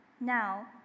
Now